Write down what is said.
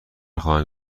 خواهم